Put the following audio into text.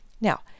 Now